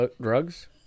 Drugs